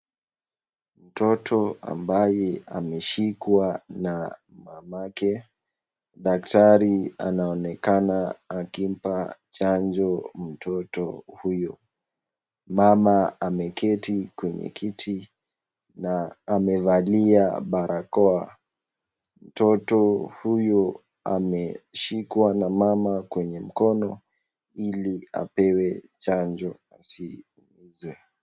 Mtoto ambaye ameshikwa na mamake, daktari anaonekana akimpa chanjo mtoto huyo. Mama ameketi kwenye kiti na amevalia barakoa. Mtoto huyo ameshikwa na mama kwenye mkono Ili apewe chanjo asiguswe.